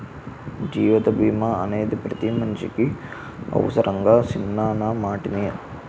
జీవిత బీమా అనేది పతి మనిసికి అవుసరంరా సిన్నా నా మాటిను